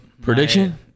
prediction